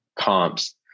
comps